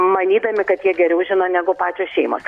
manydami kad jie geriau žino negu pačios šeimos